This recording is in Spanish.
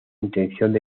intenciones